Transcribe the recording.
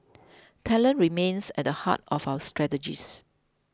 talent remains at the heart of our strategies